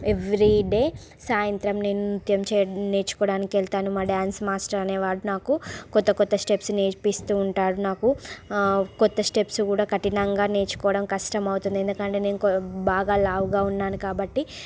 everyday సాయంతరం నేను నృత్యం నేర్చుకోడానికి వెళ్తాను మా డాన్స్ మాస్టర్ అనేవారు నాకు కొత్త కొత్త స్టెప్సు నేర్పిస్తుంటాడు నాకు కొత్త స్టెప్సు కూడా కటినంగా నేర్చుకోవడం కష్టమవుతుంది ఎందుకంటే నేను బాగా లావుగా ఉన్నాను కాబట్టి